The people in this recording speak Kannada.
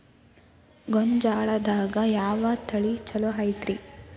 ಗೊಂಜಾಳದಾಗ ಯಾವ ತಳಿ ಛಲೋ ಐತ್ರಿ?